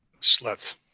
Sluts